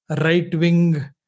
right-wing